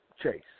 Chase